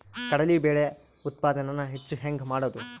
ಕಡಲಿ ಬೇಳೆ ಉತ್ಪಾದನ ಹೆಚ್ಚು ಹೆಂಗ ಮಾಡೊದು?